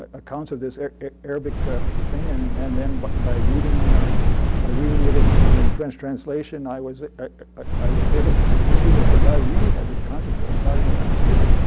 ah accounts of this arabic thing. and and but by reading by reading it in in french translation i was ah i was able to to see that the guy really had this concept, orthogonal latin squares,